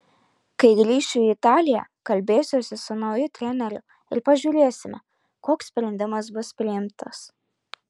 kai grįšiu į italiją kalbėsiuosi su nauju treneriu ir pažiūrėsime koks sprendimas bus priimtas